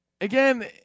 again